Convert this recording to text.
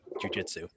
jujitsu